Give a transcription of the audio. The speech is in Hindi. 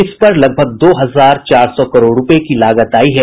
इस पर लगभग दो हजार चार सौ करोड़ रुपये की लागत आई है